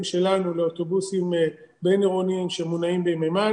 שלנו לאוטובוסים בין עירוניים שמונעים במימן.